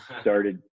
started